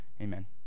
Amen